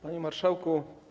Panie Marszałku!